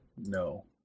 No